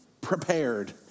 Prepared